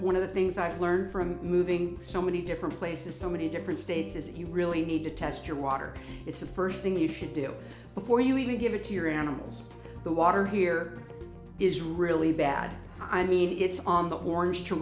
one of the things i've learned from moving so many different places so many different states is you really need to test your water it's the first thing you should do before you even give it to your animals the water here is really bad i mean it's on the horns to